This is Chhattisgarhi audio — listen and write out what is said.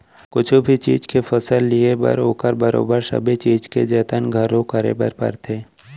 कुछु भी चीज के फसल लिये बर ओकर बरोबर सबे चीज के जतन घलौ करे बर परथे